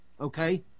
Okay